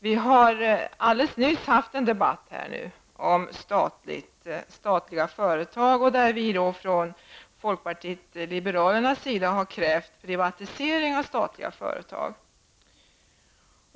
Vi har alldeles nyss haft en debatt om statliga företag, där vi från folkpartiet liberalernas sida har krävt privatisering av statliga företag.